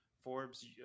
Forbes